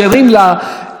עם כל הרצון הטוב,